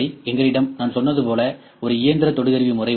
எங்களிடம் நான் சொன்னது போல் ஒரு இயந்திர தொடு கருவி முறை உள்ளது